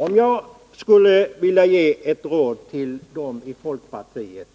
Om jag skulle ge ett råd till dem i folkpartiet